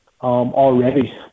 already